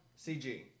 CG